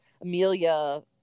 Amelia